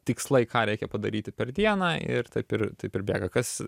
tikslai ką reikia padaryti per dieną ir taip ir taip bėga kas